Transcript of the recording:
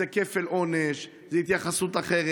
זה כפל עונש, זאת התייחסות אחרת.